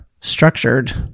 structured